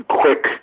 quick